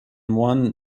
one